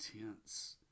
intense